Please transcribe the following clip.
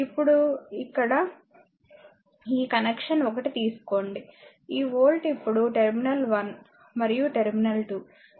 ఇక్కడ ఇప్పుడు ఈ కనెక్షన్ 1 తీసుకోండి ఈ వోల్ట్ ఇప్పుడు టెర్మినల్ 1 మరియు టెర్మినల్ 2